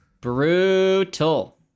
Brutal